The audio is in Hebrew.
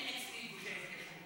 ביתר עילית, אין אצלי גושי התיישבות.